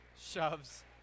shoves